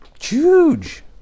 huge